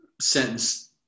Sentence